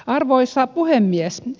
arvoisa puhemies